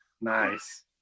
Nice